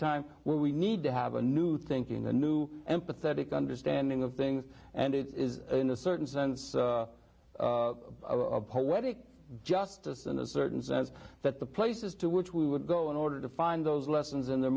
time when we need to have a new thinking a new empathetic understanding of things and it is in a certain sense a poetic justice in a certain sense that the places to which we would go in order to find those lessons in the